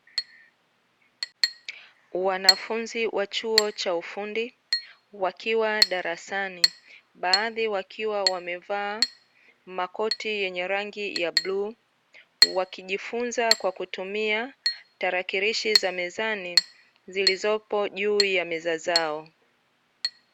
Wanafunzi wa chuo cha ufundi wakiwa darasani, baadhi wakiwa wamevaa makoti ya rangi ya bluu wakijifunza kwa kutumia tarakilishi za mezani zilizopo juu ya meza zao.